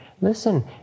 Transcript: listen